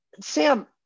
Sam